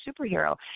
superhero